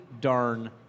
darn